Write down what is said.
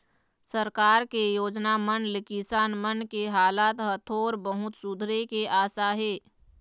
सरकार के योजना मन ले किसान मन के हालात ह थोर बहुत सुधरे के आसा हे